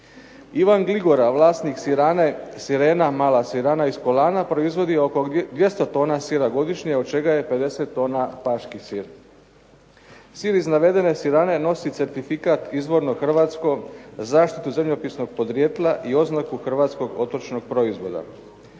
Ivan Gligora, vlasnik sirane, sirena, mala sirana iz Kolana proizvodi oko 200 tona sira godišnje, od čega je 50 tona paški sir. Sir iz navedene sirane nosi certifikat izvorno hrvatsko, zaštitu zemljopisnog podrijetla i oznaku hrvatskog otočnog proizvoda.